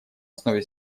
основе